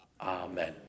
Amen